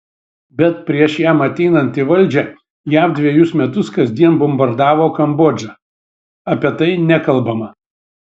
bet prieš jam ateinant į valdžią jav dvejus metus kasdien bombardavo kambodžą apie tai nekalbama